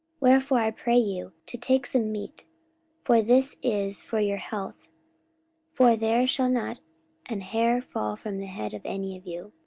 wherefore i pray you to take some meat for this is for your health for there shall not an hair fall from the head of any of you.